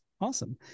Awesome